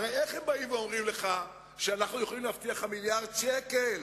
הרי איך הם באים ואומרים לך: אנחנו יכולים להבטיח לך מיליארד שקל